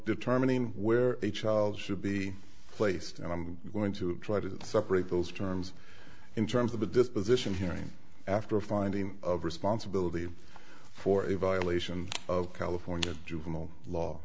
determining where a child should be placed and i'm going to try to separate those terms in terms of the disposition hearing after a finding of responsibility for a violation of california juvenile